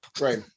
Right